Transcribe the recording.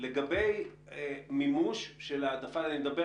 לגבי מימוש של העדפה, ואני מדבר